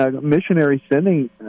missionary-sending